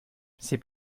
c’est